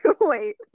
Wait